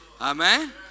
Amen